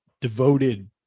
devoted